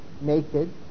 naked